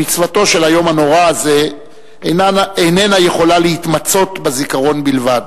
מצוותו של היום הנורא הזה איננה יכולה להתמצות בזיכרון בלבד.